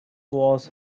was